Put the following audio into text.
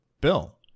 Bill